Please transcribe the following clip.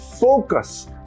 Focus